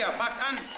but